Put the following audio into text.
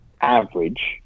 Average